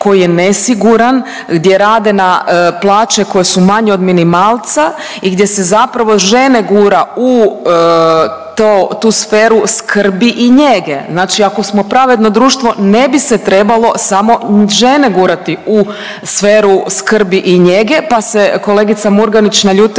koji je nesiguran, gdje rade na plaće koje su manje od minimalca i gdje se zapravo žene gura u to, tu sferu skrbi i njege. Znači ako smo pravedno društvo ne bi se trebalo samo žene gurati u sferu skrbi i njege, pa se kolegica Murganić naljutila